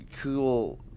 cool